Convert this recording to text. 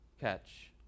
catch